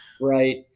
Right